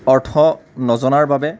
অৰ্থ নজনাৰ বাবে